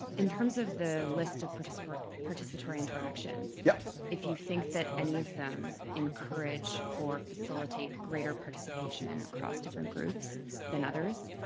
in terms of the list of participatory participatory interactions, yeah if you think that any of them encourage or facilitate greater participation across different groups than others,